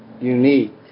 unique